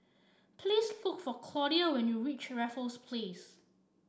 please look for Claudia when you reach Raffles Place